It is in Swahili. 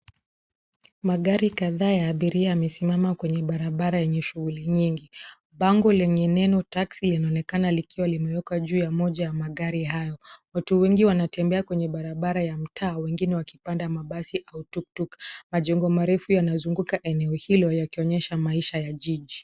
Magari kadhaa ya abiria yamesimama kwenye barabara enye shuguli nyingi. Bango lenye neno taxi linaonekana likiwa limewekwa juu ya moja ya magari hayo. Watu wengi wanatembea kwenye barabara ya mtaa wengine wakipanda mabasi au tuktuk. Majengo marefu yanazunguka eneo hilo yakionyesha maisha ya jiji.